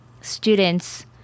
students